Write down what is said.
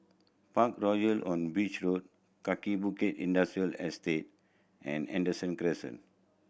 Parkroyal on Beach Road Kaki Bukit Industrial Estate and Henderson Crescent